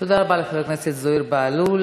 תודה רבה לחבר הכנסת זוהיר בהלול.